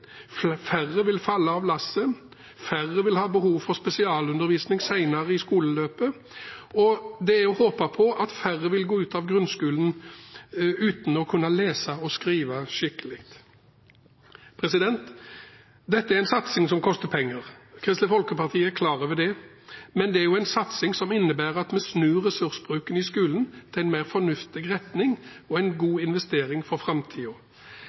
færre vil falle av lasset, færre vil ha behov for spesialundervisning senere i skoleløpet, og det er å håpe at færre vil gå ut av grunnskolen uten å kunne lese og skrive skikkelig. Dette er en satsing som koster penger. Kristelig Folkeparti er klar over det, men det er en satsing som innebærer at en snur ressursbruken i skolen i en mer fornuftig retning og til en god investering for